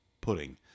pudding